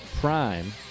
Prime